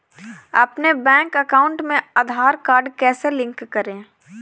अपने bank account में Aadhaar card कैसे लिंक करें?